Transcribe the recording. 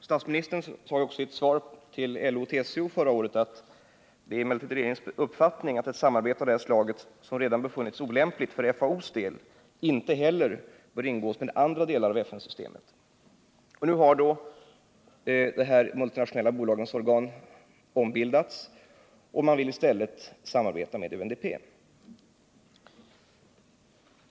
Statsministern sade i ett svar till LO och TCO förra året att det är regeringens uppfattning att ett samarbete av det här slaget, som redan befunnits olämpligt för FAO:s del, inte heller bör ingås med andra delar av FN-systemet. Nu har då de multinationella bolagens organ ombildats, och man vill i stället samarbeta med UNDP.